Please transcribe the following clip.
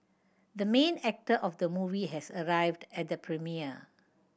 the main actor of the movie has arrived at the premiere